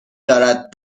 دارد